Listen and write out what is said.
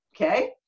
okay